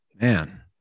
Man